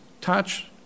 touch